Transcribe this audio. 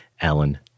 alan